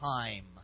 time